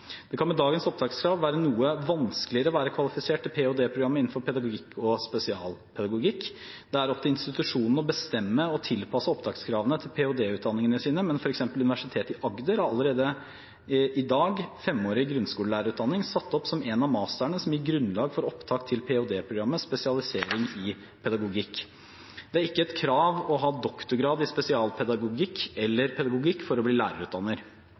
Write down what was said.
Det kan med dagens opptakskrav være noe vanskeligere å være kvalifisert til ph.d.-programmet innenfor pedagogikk og spesialpedagogikk. Det er opp til institusjonene å bestemme og tilpasse opptakskravene til ph.d.-utdanningene sine, men f.eks. Universitetet i Agder har allerede i dag femårig grunnskolelærerutdanning satt opp som en av masterne som gir grunnlag for opptak til ph.d.-programmet, spesialisering i pedagogikk. Det er ikke et krav å ha doktorgrad i spesialpedagogikk eller pedagogikk for å bli lærerutdanner.